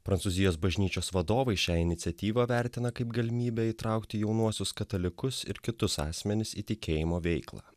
prancūzijos bažnyčios vadovai šią iniciatyvą vertina kaip galimybę įtraukti jaunuosius katalikus ir kitus asmenis įtikėjimo veiklą